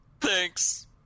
Thanks